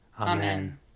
Amen